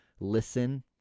listen